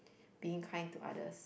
being kind to others